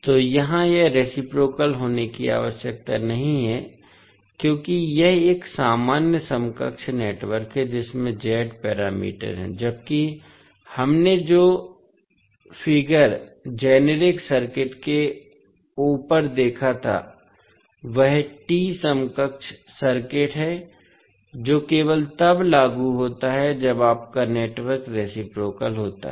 तो यहां यह रेसिप्रोकाल होने की आवश्यकता नहीं है क्योंकि यह एक सामान्य समकक्ष नेटवर्क है जिसमें Z पैरामीटर हैं जबकि हमने जो आंकड़ा जेनेरिक सर्किट के ऊपर देखा था वह T समकक्ष सर्किट है जो केवल तब लागू होता है जब आपका नेटवर्क रेसिप्रोकाल होता है